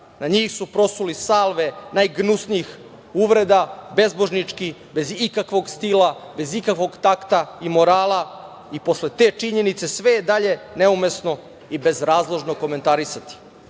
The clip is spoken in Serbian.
na njih su prosuli salve najgnusnijih uvreda, bezbožnički, bez ikakvog stila, bez ikakvog takta i morala i posle te činjenice sve je dalje neumesno i bezrazložno komentarisati. Da